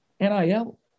NIL